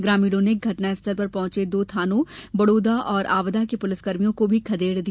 ग्रामीणों ने घटना स्थल पर पहुंचे दो थानों बड़ोदा और आवदा के पुलिसकर्मियों को भी खदेड़ दिया